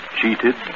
Cheated